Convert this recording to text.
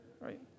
right